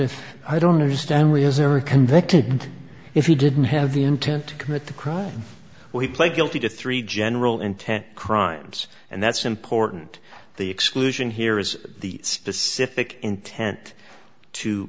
if i don't understand why convicted if he didn't have the intent to commit the crime well he pled guilty to three general intent crimes and that's important the exclusion here is the specific intent to